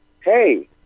hey